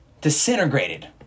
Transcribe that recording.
disintegrated